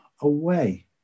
away